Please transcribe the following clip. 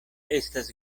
estas